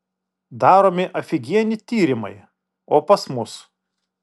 daromi afigieni tyrimai o pas mus